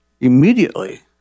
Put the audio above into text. immediately